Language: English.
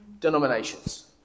denominations